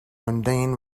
mundane